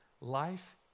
Life